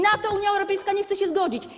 Na to Unia Europejska nie chce się zgodzić.